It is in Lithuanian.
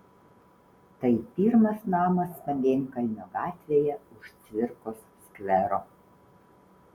tai pirmas namas pamėnkalnio gatvėje už cvirkos skvero